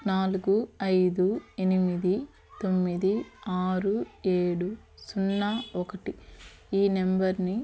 నాలుగు ఐదు ఎనిమిది తొమ్మిది ఆరు ఏడు సున్నా ఒకటి ఈ నెంబర్ని